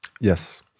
Yes